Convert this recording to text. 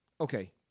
okay